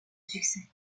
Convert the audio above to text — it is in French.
succès